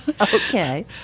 Okay